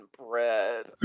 bread